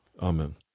Amen